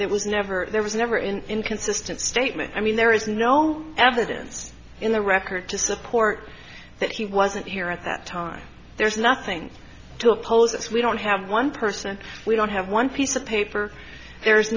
there was never there was never in inconsistent statement i mean there is no evidence in the record to support that he wasn't here at that time there's nothing to oppose this we don't have one person we don't have one piece of paper there's